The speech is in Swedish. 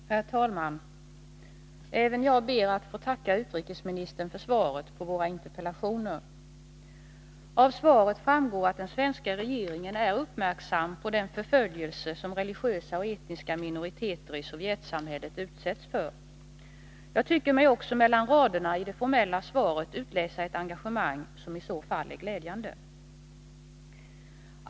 Herr talman! Även jag ber att få tacka utrikesministern för svaret på våra Tisdagen den interpellationer. Av svaret framgår att den svenska regeringen är uppmärk 20 april 1982 sam på den förföljelse som religiösa och etniska minoriteter i Sovjetsamhället utsätts för. Jag tycker mig också mellan raderna i det formella svaret utläsa ett engagemang, som i så fall är glädjande.